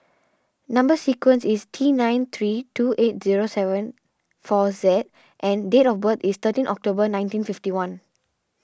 Number Sequence is T nine three two eight zero seven four Z and date of birth is thirteen October nineteen fifty one